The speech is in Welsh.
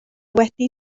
wedi